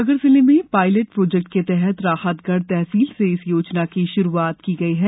सागर जिले में pilot project के तहत राहतगढ़ तहसील से इस योजना की शुरूआत की गई है